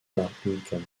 barbicane